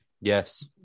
Yes